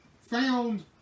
found